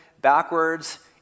backwards